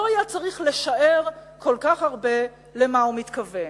לא היה צריך לשער כל כך הרבה למה הוא מתכוון: